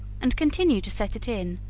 and continue to set it in,